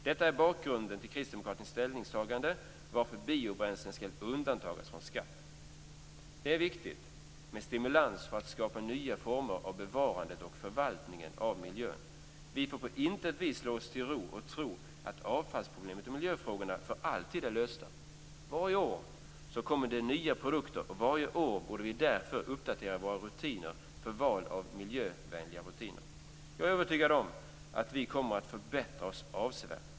Detta är bakgrunden till Kristdemokraternas ställningstagande till varför biobränslen skall undantas från skatt. Det är viktigt med stimulans för att skapa nya former för bevarandet och förvaltningen av miljön. Vi får på intet vis slå oss till ro och tro att avfallsproblemet och miljöfrågorna för alltid är lösta. Varje år kommer det nya produkter och varje år borde vi därför uppdatera våra rutiner för val av miljövänliga rutiner. Jag är övertygad om att vi kommer att förbättra oss avsevärt.